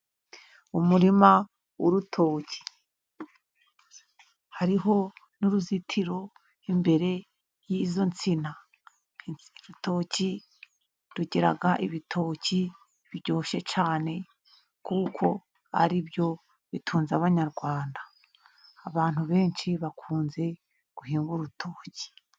Umurima w'urutoki hariho n'uruzitiro imbere y'izo nsina. Urutoki rugira ibitoki biryoshye cyane, kuko ari byo bitunze abanyarwanda, abantu benshi bakunze guhinga urutoki.